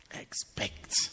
Expect